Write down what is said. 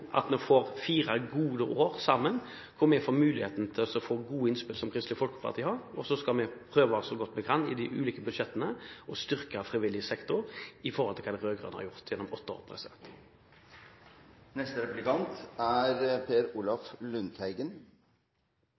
at vi får fire gode år sammen, hvor vi får muligheten til å få gode innspill fra Kristelig Folkeparti. Så skal vi prøve så godt vi kan i de ulike budsjettene å styrke frivillig sektor i forhold til hva de rød-grønne gjorde gjennom åtte år. Høyre sier i innstillinga: «Et velfungerende arbeidsmarked er